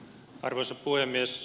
arvoisa puhemies